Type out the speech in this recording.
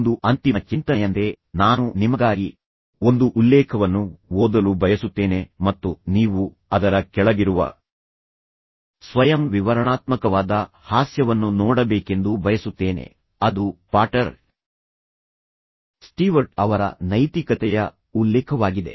ಒಂದು ಅಂತಿಮ ಚಿಂತನೆಯಂತೆ ನಾನು ನಿಮಗಾಗಿ ಒಂದು ಉಲ್ಲೇಖವನ್ನು ಓದಲು ಬಯಸುತ್ತೇನೆ ಮತ್ತು ನೀವು ಅದರ ಕೆಳಗಿರುವ ಸ್ವಯಂ ವಿವರಣಾತ್ಮಕವಾದ ಹಾಸ್ಯವನ್ನು ನೋಡಬೇಕೆಂದು ಬಯಸುತ್ತೇನೆ ಅದು ಪಾಟರ್ ಸ್ಟೀವರ್ಟ್ ಅವರ ನೈತಿಕತೆಯ ಉಲ್ಲೇಖವಾಗಿದೆ